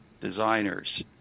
designers